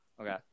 Okay